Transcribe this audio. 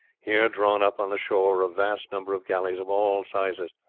here drawn up on the shore were a vast number of galleys of all sizes,